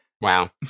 Wow